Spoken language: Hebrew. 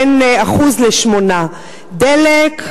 בין 1% ל-8%; דלק,